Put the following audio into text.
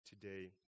today